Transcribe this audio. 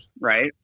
Right